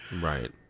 right